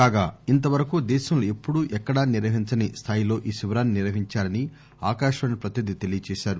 కాగా ఇంతవరకు దేశంలో ఎప్పుడూ ఎక్కడా నిర్వహించని స్లాయిలో ఈ శిబిరాన్ని నిర్వహించారని ఆకాశవాణి ప్రతినిధి తెలియజేశారు